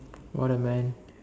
what a man